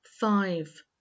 Five